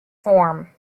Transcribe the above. form